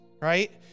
right